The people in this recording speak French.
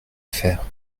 faire